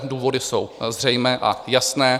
Důvody jsou zřejmé a jasné.